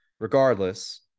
regardless